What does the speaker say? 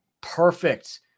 perfect